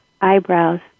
eyebrows